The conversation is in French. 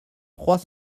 trois